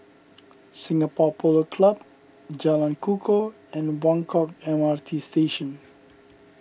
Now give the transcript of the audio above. Singapore Polo Club Jalan Kukoh and Buangkok M R T Station